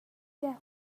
get